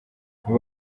aba